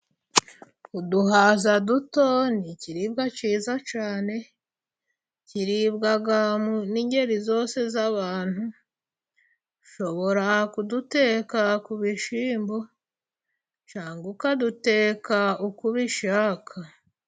Uduhaza duto ni ikiribwa cyiza cyane kiribwa n'ingeri zose z'abantu. Ushobora kuduteka ku bishyimbo cyangwa ukaduteka uko ubisheka.